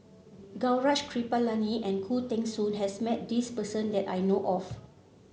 Gaurav Kripalani and Khoo Teng Soon has met this person that I know of